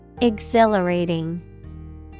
Exhilarating